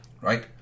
Right